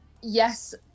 yes